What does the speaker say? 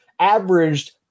averaged